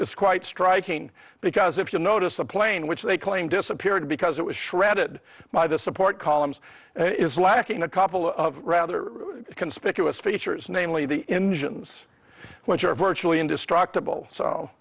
is quite striking because if you'll notice a plane which they claim disappeared because it was shredded by the support columns is lacking a couple of rather conspicuous features namely the engine is when you're virtually indestructible so